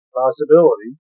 possibility